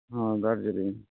ᱚ ᱫᱟᱨᱡᱤᱞᱤᱝ